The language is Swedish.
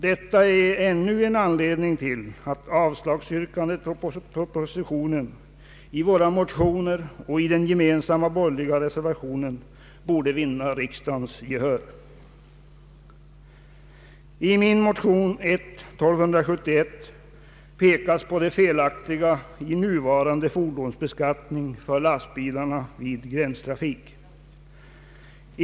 Detta är ännu en anledning till att motionernas yrkande om avslag på propositionen och den gemensamma borgerliga reservationen borde vinna riksdagens gehör. I min motion I:1271 pekas på det felaktiga i nuvarande fordonsbeskattning för lastbilarna vid gränstrafik.